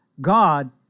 God